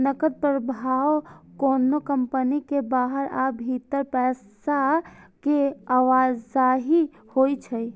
नकद प्रवाह कोनो कंपनी के बाहर आ भीतर पैसा के आवाजही होइ छै